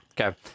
okay